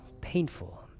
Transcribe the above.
painful